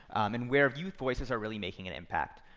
and where youth voices are really making an impact.